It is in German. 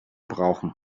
brauchen